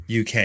UK